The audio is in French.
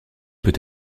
peut